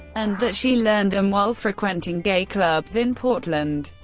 and that she learned them while frequenting gay clubs in portland.